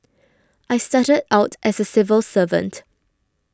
I started out as a civil servant